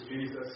Jesus